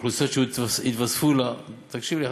כאוכלוסיות שהתווספו תקשיבו לי,